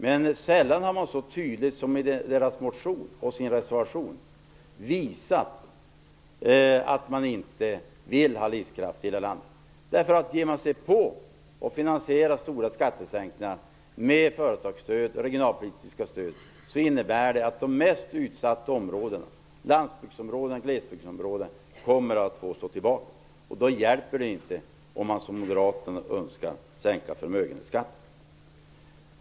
Men sällan har de så tydligt som i deras motion och reservation visat att de inte vill ha livskraft i det här landet. Ger man sig in och finansierar stora skattesänkningar med företagsstöd och regionalpolitiska stöd innebär det att de mest utsatta områdena, landsbygdsområdena och glesbygdsområdena, kommer att få stå tillbaka. Då hjälper det inte att, som moderaterna önskar, sänka förmögenhetsskatten.